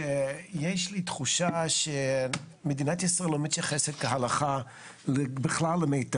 שיש לי תחושה שמדינת ישראל לא מתייחסת כהכלה בכלל למי תהום.